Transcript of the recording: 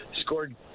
scored